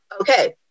okay